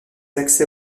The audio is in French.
accès